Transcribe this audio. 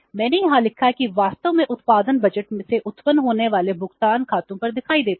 मैंने यहां लिखा है कि वास्तव में उत्पादन बजट से उत्पन्न होने वाले भुगतान खातों पर दिखाई देते हैं